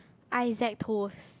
Isaac toes